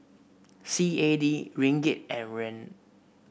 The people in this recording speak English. C A D Ringgit and Yuan